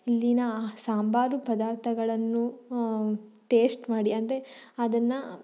ಇಲ್ಲಿನ ಸಾಂಬಾರು ಪದಾರ್ಥಗಳನ್ನು ಟೇಶ್ಟ್ ಮಾಡಿ ಅಂದರೆ ಅದನ್ನು